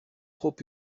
trop